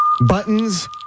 buttons